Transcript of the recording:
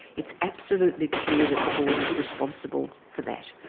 it's absolutely clear that the board is responsible for that.